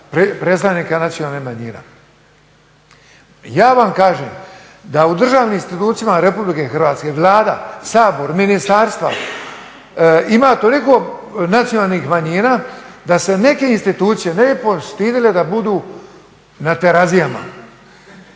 predstavnika nacionalnih manjina. Ja vam kažem da u državnim institucijama RH, Vlada, Sabor, ministarstva, ima toliko nacionalnih manjina da se neke institucije ne bi postidite da budu na terazijama.